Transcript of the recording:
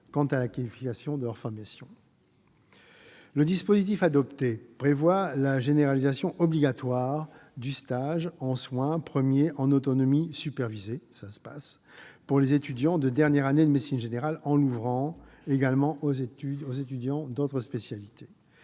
quant à la qualité de leur formation. Le dispositif adopté prévoit de systématiser le stage ambulatoire en soins premiers en autonomie supervisée, ou Saspas, pour les étudiants de dernière année de médecine générale, en l'ouvrant aux étudiants d'autres spécialités.